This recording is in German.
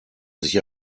sich